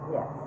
Yes